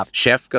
chef